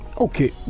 okay